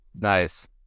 nice